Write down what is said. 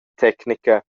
tecnica